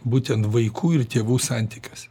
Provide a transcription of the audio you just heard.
būtent vaikų ir tėvų santykiuose